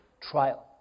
trial